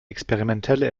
experimentelle